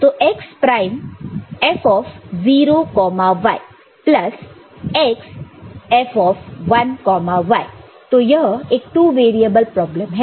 तो x prime F0y plus x F1y तो यह एक 2 वेरिएबल प्रॉब्लम है